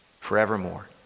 forevermore